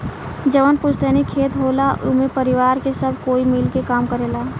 जवन पुस्तैनी खेत होला एमे परिवार के सब कोई मिल के काम करेला